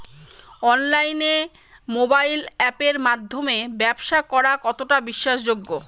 অনলাইনে মোবাইল আপের মাধ্যমে ব্যাবসা করা কতটা বিশ্বাসযোগ্য?